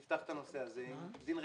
נפתח את הנושא הזה עם דין רציפות,